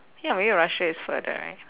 ya maybe russia is further right